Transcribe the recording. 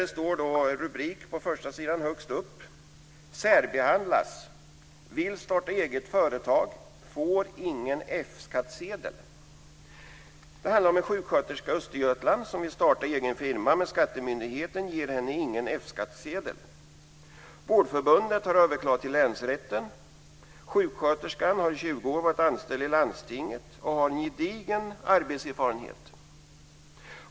Det står en rubrik högst upp på första sidan: Det handlar om en sjuksköterska i Östergötland som vill starta egen firma, men skattemyndigheten ger henne ingen F-skattsedel. Vårdförbundet har överklagat till länsrätten. Sjuksköterskan har i 20 år varit anställd i landstinget och har en gedigen arbetserfarenhet.